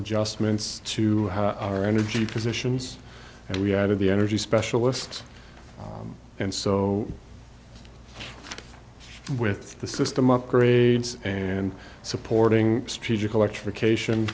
adjustments to our energy positions and we added the energy specialists and so with the system upgrades and supporting strategic electric ation